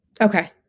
Okay